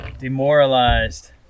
Demoralized